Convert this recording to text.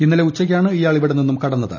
ഇന്നലെ ഉച്ചയ്ക്കാണ് ഇയാൾ ഇവിടെനിന്നും കടന്നത്